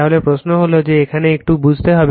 তাহলে প্রশ্ন হল যে এখানে একটু বুঝতে হবে